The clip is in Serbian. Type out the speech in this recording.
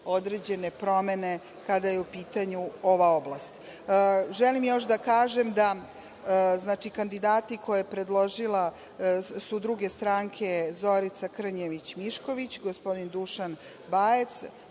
određene promene kada je u pitanju ova oblast. Želim još da kažem da kandidati koje su predložile druge stranke su: Zorica Krnjević Mišković, gospodin Dušan Bajac,